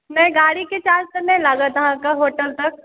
नहि गाड़ीके चार्ज तऽ नहि लागत अहाँकेँ होटल तक